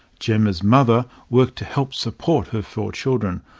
gemma's mother worked to help support her four children,